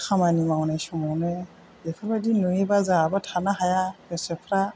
बे खामानि मावनाय समावनो बेफोरबादि नुवोबा जोंहाबो थानो हाया गोसोफ्रा